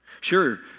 Sure